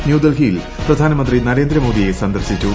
ന്യൂഡൽഹിയിൽ പ്രധാനമ്പ്രി നരേന്ദ്രമോദിയെ സന്ദർശിച്ചു